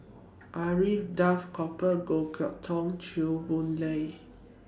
Alfred Duff Cooper Goh Chok Tong Chew Boon Lay E